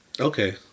Okay